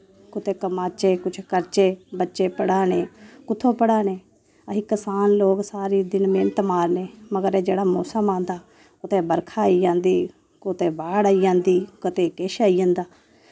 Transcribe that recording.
कुतै कमाचै कुछ करचै बच्चे पढ़ाने कुत्थूं पढ़ाने अस कसान लोग सारे दिन मेह्नत मारने मगर एह् जेह्ड़ा मौसम औंदा कुतै बर्खा आई जंदी कुतै बाड़ आई जंदी कुतै किश आई जंदा